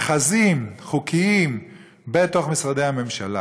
במאחזים חוקיים בתוך משרדי הממשלה.